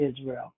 Israel